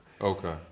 Okay